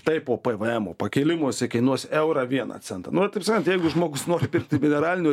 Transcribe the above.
tai po pvemo pakėlimo jisai kainuos eurą vieną centą nu ir taip sakant jeigu žmogus nori pirkti mineralinio